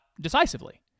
decisively